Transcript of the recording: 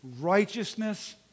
Righteousness